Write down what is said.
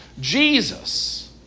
Jesus